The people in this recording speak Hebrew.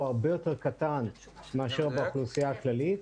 הוא הרבה יותר קטן מאשר באוכלוסייה הכללית.